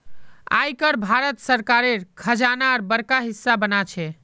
आय कर भारत सरकारेर खजानार बड़ा हिस्सा बना छे